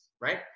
right